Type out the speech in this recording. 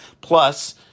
Plus